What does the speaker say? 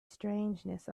strangeness